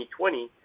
2020